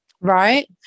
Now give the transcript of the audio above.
Right